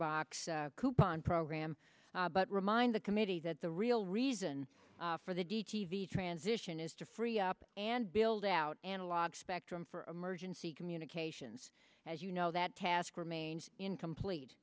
box coupon program but remind the committee that the real reason for the d t v transition is to free up and build out analog spectrum for emergency communications as you know that task remains incomplete